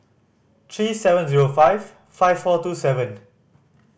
three seven zero five five four two seven